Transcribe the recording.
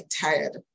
tired